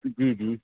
جی جی